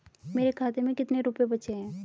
मेरे खाते में कितने रुपये बचे हैं?